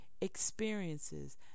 experiences